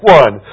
one